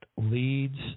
leads